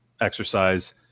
exercise